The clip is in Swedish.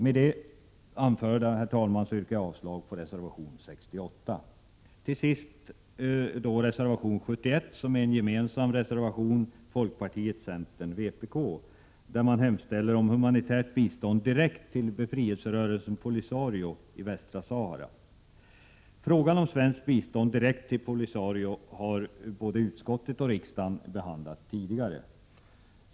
Med det anförda yrkar jag avslag på reservation nr 68. Till sist skall jag ta upp reservation nr 71, som är gemensam för folkpartiet, centern och vpk, i vilken hemställs om humanitärt bistånd direkt till befrielserörelsen Polisario i Västra Sahara. Frågan om svenskt bistånd direkt till Polisario har utskottet och riksdagen behandlat tidigare.